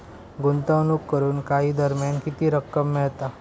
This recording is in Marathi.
गुंतवणूक करून काही दरम्यान किती रक्कम मिळता?